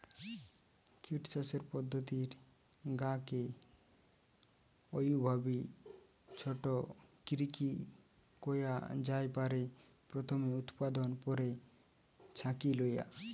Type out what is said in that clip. kit চাষের পদ্ধতির গা কে অউভাবি ছোট করিকি কয়া জাই পারে, প্রথমে উতপাদন, পরে ছাকি লয়া